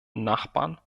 nachbarn